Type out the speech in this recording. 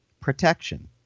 protection